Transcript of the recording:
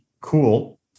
cool